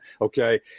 Okay